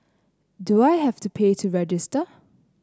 do I have to pay to register